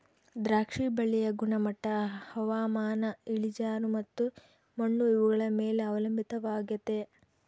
ದ್ರಾಕ್ಷಿ ಬಳ್ಳಿಯ ಗುಣಮಟ್ಟ ಹವಾಮಾನ, ಇಳಿಜಾರು ಮತ್ತು ಮಣ್ಣು ಇವುಗಳ ಮೇಲೆ ಅವಲಂಬಿತವಾಗೆತೆ